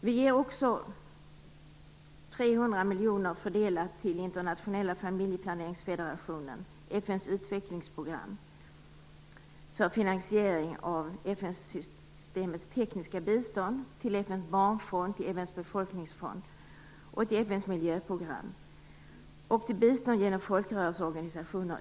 Vi ger också 300 miljoner fördelat till Internationella familjeplaneringsfederationen, FN:s utvecklingsprogram, för finansiering av FN-systemets tekniska bistånd, till FN:s barnfond, till FN:s befolkningsfond och till FN:s miljöprogram samt till bistånd genom folkrörelseorganisationer.